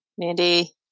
Mandy